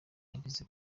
ageze